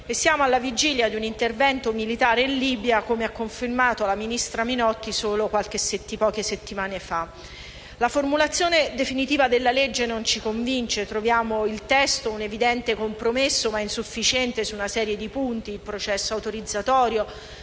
E siamo alla vigilia di un intervento militare in Libia, come ha confermato il ministro Pinotti solo poche settimane fa. La formulazione definitiva della legge non ci convince. Troviamo il testo un compromesso evidente, ma insufficiente, su una serie di punti: il processo autorizzatorio,